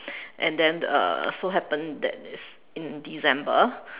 and then uh so happen that it's in December